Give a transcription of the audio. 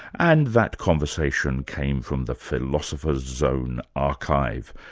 and that conversation came from the philosopher's zone archive,